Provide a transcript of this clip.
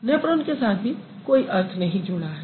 नैप्रॉन के साथ भी कोई अर्थ नहीं जुड़ा है